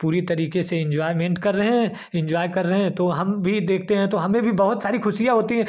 पूरी तरीके से इंजॉयमेंट कर रहे हैं इंजॉय कर रहें तो हम भी देखते हैं तो हमें भी बहुत सारी ख़ुशियाँ होती है